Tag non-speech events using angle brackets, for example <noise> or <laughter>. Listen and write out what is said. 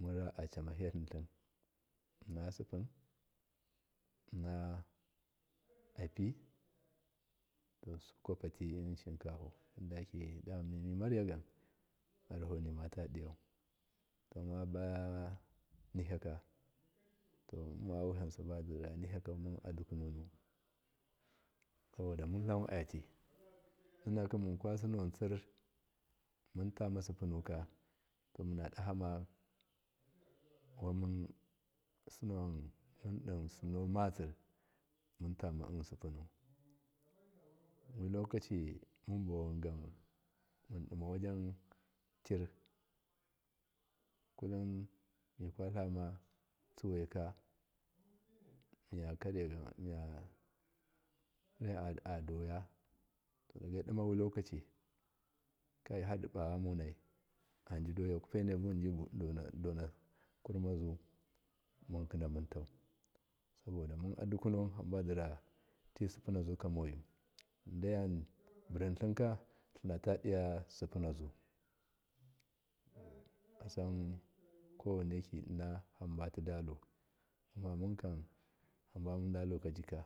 Munra acammahitlim inna sippun inna <noise> api supati shinkahu damami mirar yagam yaraho nimatadiyau amnabayan nigyaka to mun mawiham subara ngyakau adukunu sabo mun tlawan ati ninakim munkwa sinuwun tsir muntama sippunuka to munnadahama wanmundin suno matsir muntama sippunu mo lokaci munbowangan mundima wasen tir kulum mi kwatlama tsuwaika <unintelligible> karyagam adoya to dabidimawi lokaci kaihardiba yamunai ajidoya kwape mune bin mun bidona kurmazu munkinamunta sabodamun adukunuwun abadira tisippi nazukamoyu diyam burintlinka tlinata diya sippunazu kasan <noise> kowaineki inna hambati dalu amma munkam hamba mundalu kajika